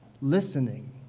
listening